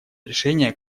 решения